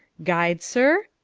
guide, sir?